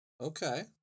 Okay